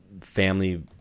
family